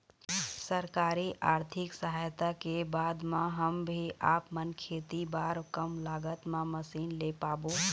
सरकारी आरथिक सहायता के बाद मा हम भी आपमन खेती बार कम लागत मा मशीन ले पाबो?